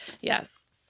yes